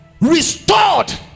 restored